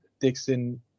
Dixon